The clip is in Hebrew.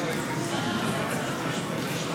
יפה המאמץ,